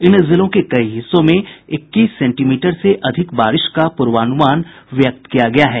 इन जिलों के कई हिस्सों में इक्कीस सेंटीमीटर से अधिक बारिश का पूर्वानुमान व्यक्त किया गया है